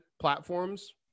platforms